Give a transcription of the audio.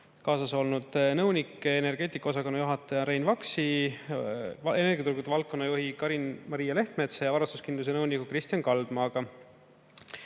kaasas olnud energeetikaosakonna juhataja Rein Vaksi, energiaturgude valdkonnajuhi Karin Maria Lehtmetsa ja varustuskindluse nõuniku Kristjan Kaldmaaga.